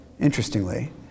interestingly